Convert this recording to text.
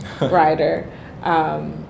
writer